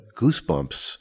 goosebumps